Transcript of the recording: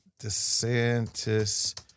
DeSantis